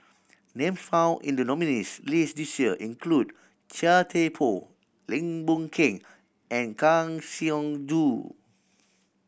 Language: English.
names found in the nominees' list this year include Chia Thye Poh Lim Boon Keng and Kang Siong Joo